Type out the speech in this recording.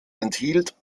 enthielt